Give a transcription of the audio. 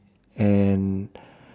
and